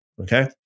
Okay